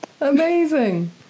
Amazing